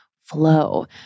flow